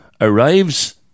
arrives